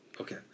Okay